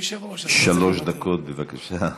שלוש דקות, בבקשה.